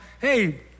hey